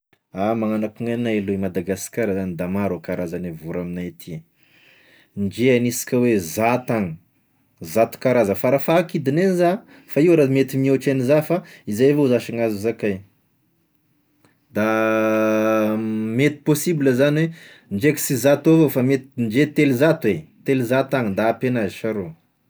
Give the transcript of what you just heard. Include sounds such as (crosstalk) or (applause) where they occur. Ah magnano akoa gn'anay aloha i Madagasikara zany da maro i karazany voro aminay aty, nde hanisika hoe zato'agny, zato karaza farafahakidiny zany, fa io raha mety mihoatra an'iza fa zay avao zash no azo zakay, da (hesitation) mety possible zany ndreky sy zato avao, fa mety ndre telozato e, telozato agny da ampy anazy sha rô.